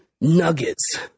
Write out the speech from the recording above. nuggets